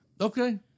Okay